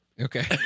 Okay